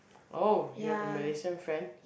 orh you have a Malaysian friend